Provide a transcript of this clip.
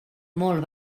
molt